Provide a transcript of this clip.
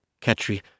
Ketri